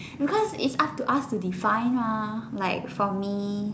because its up to us to define mah like for me